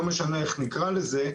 לא משנה איך קוראים לזה,